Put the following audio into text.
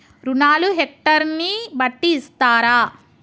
రుణాలు హెక్టర్ ని బట్టి ఇస్తారా?